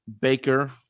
Baker